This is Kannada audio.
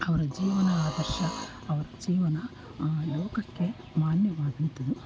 ಅವರ ಜೀವನ ಆದರ್ಶ ಅವರ ಜೀವನ ಲೋಕಕ್ಕೆ ಮಾನ್ಯವಾದಂತದ್ದು